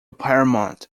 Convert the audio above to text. paramount